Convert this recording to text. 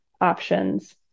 options